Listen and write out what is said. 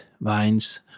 vines